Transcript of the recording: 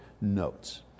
notes